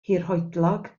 hirhoedlog